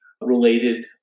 related